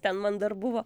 ten man dar buvo